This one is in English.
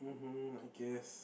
mmhmm I guess